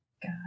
Got